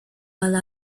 while